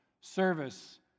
service